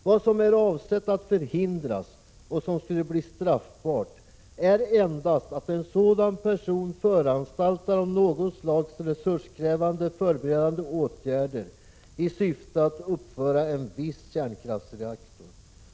Vad som är avsett att förhindras och som skulle bli straffbart är endast att en sådan person föranstaltar om något slags resurskrävande förberedande åtgärder i syfte att uppföra en viss kärnkraftsreaktor.